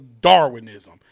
Darwinism